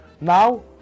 Now